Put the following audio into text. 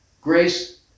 Grace